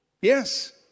Yes